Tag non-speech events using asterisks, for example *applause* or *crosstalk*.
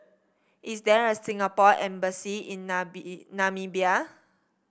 is there a Singapore Embassy in *unintelligible* Namibia